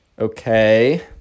okay